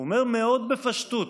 הוא אומר מאוד בפשטות: